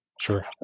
Sure